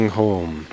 home